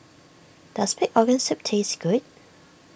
does Pig Organ Soup taste good